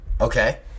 Okay